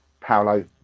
Paolo